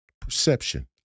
Perception